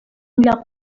lloc